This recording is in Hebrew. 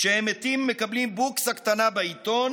כשהם מתים הם מקבלים בוקסה קטנה בעיתון,